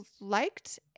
liked